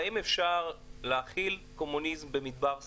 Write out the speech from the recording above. האם אפשר להחיל קומוניזם במדבר סהרה?